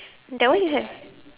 that one you had